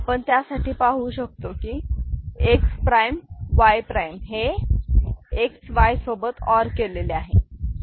आपण त्यासाठी पाहू शकतो की X prime Y prime XY हे X Y सोबत और केलेले आहेत